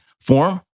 form